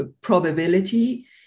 probability